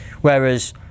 Whereas